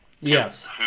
Yes